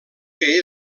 que